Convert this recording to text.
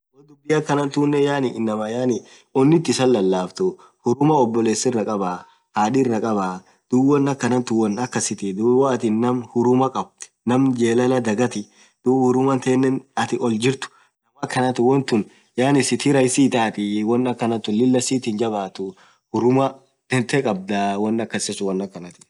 dhubii akhana tunen yaani inamaaa onnith isaa lalafthu hurumaa obolesirah khabaa hadhirah khabaa dhub won akhana thun won akhasitthi dhub woathin namm hurumaa khabaa naaam jelala dhagathi dhub huramaa thenen athin oll jirtu won akhan thun sith rahisiii ithathi won akhanathun Lilah sith hinjabbathu hurrumaa tanthee khabdhaa won akasisun won akhanathi